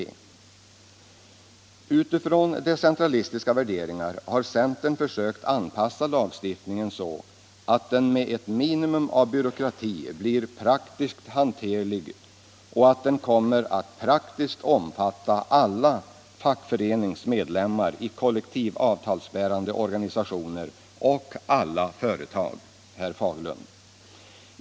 Med utgångspunkt i decentralistiska värderingar har centern försökt anpassa lagstiftningen, så att den med ett minimum av byråkrati blir praktiskt hanterlig och så att den kommer att praktiskt omfatta alla fackföreningsmedlemmar i kollektivavtalsbärande organisationer och alla företag.